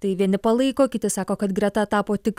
tai vieni palaiko kiti sako kad greta tapo tik